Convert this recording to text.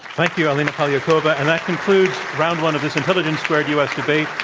thank you, alina polyakova. and that concludes round one of this intelligence squared u. s. debate,